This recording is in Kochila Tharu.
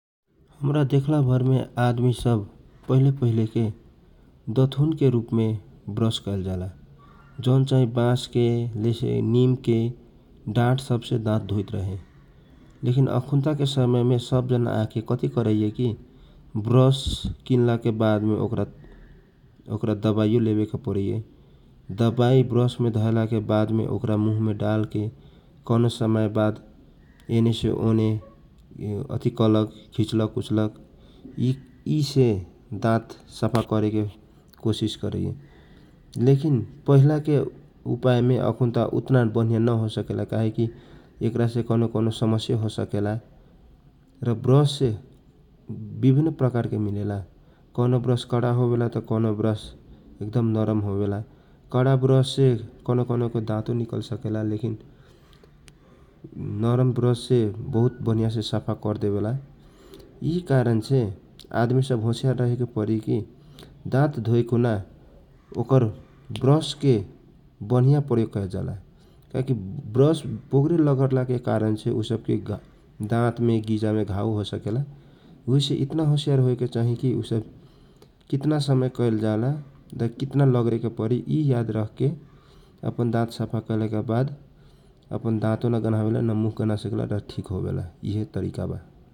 हमरा देखला भर में आदमी सब पहिले पहिले के दतहुन के रूपमे ब्रस कैल जाला जौन चाही बासके निमके डाढ से दात धोइत रहे लेखिन अखुन ताके समय मे सबजाना आके कथी करइए की ब्रस किनला के वाद मे दवाइयो लेवे के पारइए दवाइ ब्रस में राख्ला ले बाद मुहमें धके ब्रस कैयल जाला यिसे दात साफा करेके खोज इए लेखिन पहिला के उपाय में अकुनता बनिया नहोसकेला काहे की एकरा एक ऐसे कौनो समस्या हो सकेला कौनो ब्रस नरम होवेला त कौनो काडा होवेला काडा ब्रस से दा तो निकल सकेला आ नरम ब्रस से साफा होवेला उहे से इतना होसियर होए के परी की ब्रस कितना लगरालाके बाद साफा होई यिसे दातो नगनाइ औज।